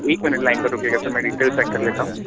एक minute line पर रुकिएगा सर मैं डिटेल्स चेक कर लेता हूँ